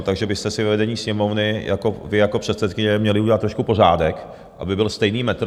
Takže byste si ve vedení Sněmovny jako, vy jako předsedkyně, měli udělat trošku pořádek, aby byl stejný metr.